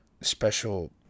special